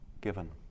given